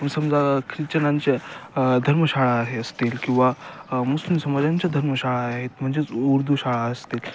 समजा ख्रिश्चनांच्या धर्मशाळा आहे असतील किंवा मुस्लिम समाजांच्या धर्मशाळा आहेत म्हणजेच उर्दू शाळा असतील